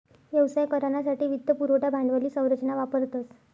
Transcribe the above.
व्यवसाय करानासाठे वित्त पुरवठा भांडवली संरचना वापरतस